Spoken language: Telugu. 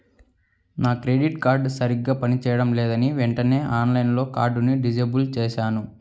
నా క్రెడిట్ కార్డు సరిగ్గా పని చేయడం లేదని వెంటనే ఆన్లైన్లో కార్డుని డిజేబుల్ చేశాను